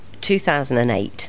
2008